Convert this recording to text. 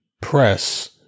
press